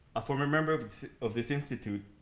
a former member of of this institute,